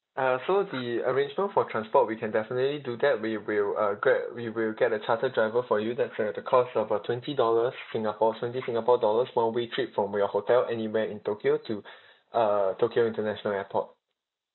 uh so the arrangement for transport we can definitely do that we will uh gret~ we will get a charter driver for you that's uh the cost of uh twenty dollars singapore twenty singapore dollars one way trip from your hotel anywhere in tokyo to uh tokyo international airport